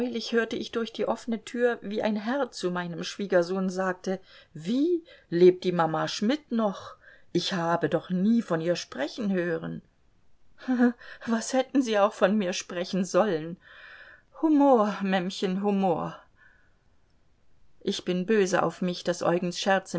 hörte ich durch die offene tür wie ein herr zu meinem schwiegersohn sagte wie lebt die mama schmidt noch ich habe doch nie von ihr sprechen hören was hätten sie auch von mir sprechen sollen humor mämmchen humor ich bin böse auf mich daß eugens scherze